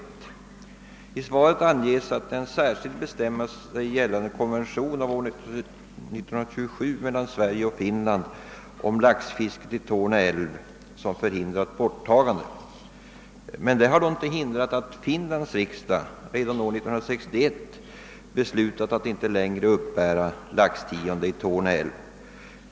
Statsrådet säger i svaret: »Att laxtiondet fortfarande lever kvar torde bero på en särskild bestämmelse 'därom i gällande konvention av år 1927 mellan Sverige och Finland om laxfisket i Torne älv.» Detta har emellertid inte hindrat Finlands riksdag från att redan 1961 besluta om att inte längre uppbära laxtionde i Torne älv.